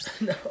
No